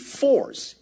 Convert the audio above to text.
force